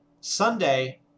Sunday